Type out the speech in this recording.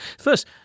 first